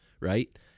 right